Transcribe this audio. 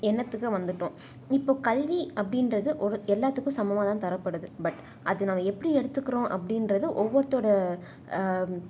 எண்ணத்துக்கு வந்துட்டோம் இப்போ கல்வி அப்படின்றது ஒரு எல்லாத்துக்கும் சமமாக தான் தரப்படுது பட் அது நாம் எப்படி எடுத்துக்கிறோம் அப்படின்றது ஒவ்வொருத்தோடய